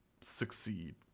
succeed